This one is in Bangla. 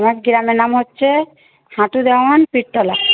আমার গ্রামের নাম হচ্ছে হাটুদামান পিরতলা